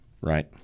right